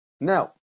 Now